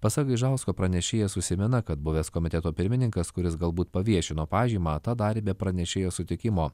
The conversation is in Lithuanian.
pasak gaižausko pranešėjas užsimena kad buvęs komiteto pirmininkas kuris galbūt paviešino pažymą tą darė be pranešėjo sutikimo